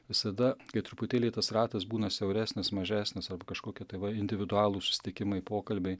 visada kai truputėlį tas ratas būna siauresnis mažesnis kažkoki tai va individualūs susitikimai pokalbiai